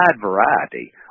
variety